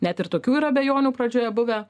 net ir tokių yra abejonių pradžioj buvę